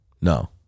No